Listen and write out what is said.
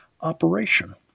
operation